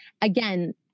again